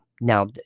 Now